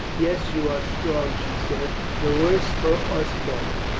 yes, you are strong, she said. the worse for us both.